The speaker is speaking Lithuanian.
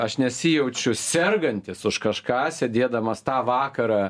aš nesijaučiau sergantis už kažką sėdėdamas tą vakarą